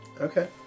Okay